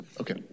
Okay